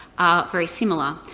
very similar.